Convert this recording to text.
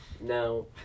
No